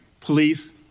Police